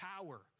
power